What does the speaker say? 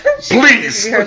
Please